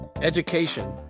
education